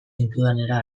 zintudanera